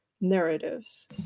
narratives